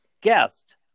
guest